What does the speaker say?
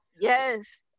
yes